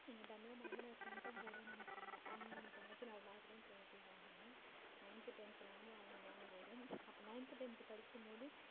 எங்கள் தமிழம்மா வந்து நான் செண்டம் போடுவேன்னு நினச்சாங்க ஆனால் நான் தொண்ணூற்றி நாலு மார்க் தான் டென்த்தில் வாங்கினேன் நைன்த்து டென்த்து எல்லாமே அவங்க ஞாபகம் வரும் அப்போ நைன்த்து டென்த்து படிக்கும்போது